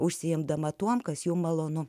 užsiimdama tuo kas jums malonu